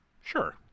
sure